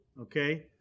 okay